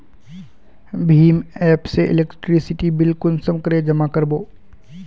भीम app से electricity bill कुंसम करे जमा कर बो?